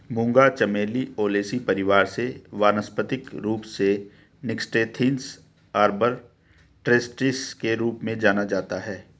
मूंगा चमेली ओलेसी परिवार से वानस्पतिक रूप से निक्टेन्थिस आर्बर ट्रिस्टिस के रूप में जाना जाता है